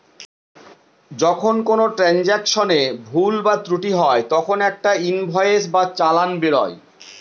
যখন কোনো ট্রান্সাকশনে ভুল বা ত্রুটি হয় তখন একটা ইনভয়েস বা চালান বেরোয়